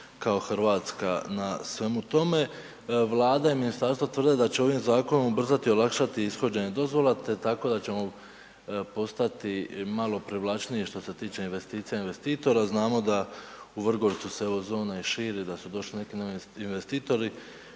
Hrvatska na svemu tome, Vlada i ministarstvo tvrde da će ovim zakonom ubrzati, olakšati ishođenje dozvola te tako da ćemo postati malo privlačniji što se tiče investicija investitora. Znamo da u Vrgorcu se evo zona i širi, da su došli neki novi investitori,